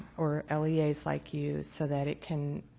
or leas like you so that it can